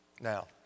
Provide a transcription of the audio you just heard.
Now